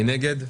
מי נגד?